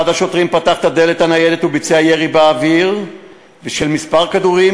אחד השוטרים פתח את דלת הניידת וביצע ירי באוויר של כמה כדורים,